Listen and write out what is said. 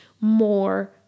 more